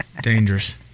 Dangerous